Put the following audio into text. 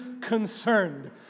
concerned